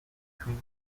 between